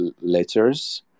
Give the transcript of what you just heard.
letters